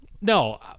No